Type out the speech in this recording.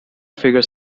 figure